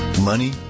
Money